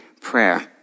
prayer